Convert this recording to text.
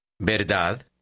Verdad